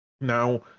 Now